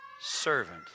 servant